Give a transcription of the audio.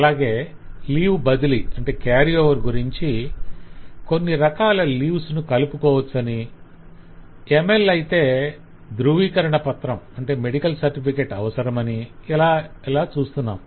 అలాగే లీవ్ బదిలీ గురించి కొన్ని రకాల లీవ్స్ ను కలుపుకోవచ్చునని ML అయితే ధ్రువీకరణ పత్రం అవసరమనిఇలా చూస్తున్నాం